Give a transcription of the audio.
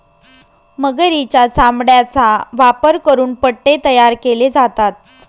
मगरीच्या चामड्याचा वापर करून पट्टे तयार केले जातात